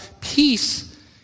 Peace